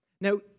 Now